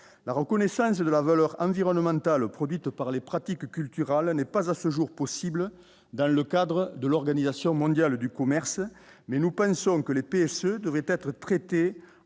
la reconnaissance de la valeur environnementale produite par les pratiques culturales hein n'est pas à ce jour possible dans le cadre de l'Organisation mondiale du commerce, mais nous pensons que les PSE devraient être traitées